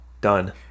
Done